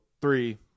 three